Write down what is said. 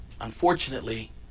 Unfortunately